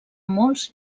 molts